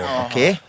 okay